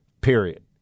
period